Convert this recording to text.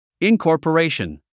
incorporation